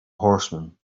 horsemen